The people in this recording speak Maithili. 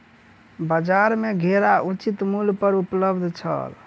बजार में घेरा उचित मूल्य पर उपलब्ध छल